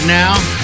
now